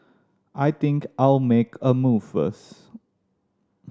I think I'll make a move first